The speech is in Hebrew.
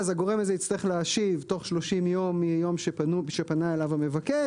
אז הגורם הזה יצטרך להשיב תוך 30 יום מיום שפנה אליו המבקש,